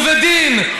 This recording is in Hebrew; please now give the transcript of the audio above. ובדין,